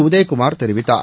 உதயகுமார் தெரிவித்தார்